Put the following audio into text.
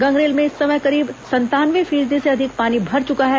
गंगरेल में इस समय करीब संतानवे फीसदी से अधिक पानी भर चुका है